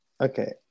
okay